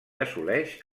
assoleix